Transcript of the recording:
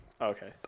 Okay